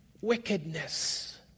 wickedness